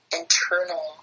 internal